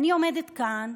אני עומדת כאן,